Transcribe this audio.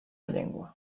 llengua